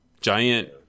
giant